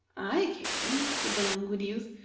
i came, said the languid youth,